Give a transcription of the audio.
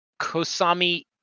Kosami